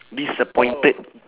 disappointed